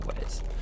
ways